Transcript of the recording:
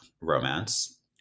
romance